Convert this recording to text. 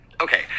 okay